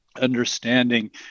understanding